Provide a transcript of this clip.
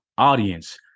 audience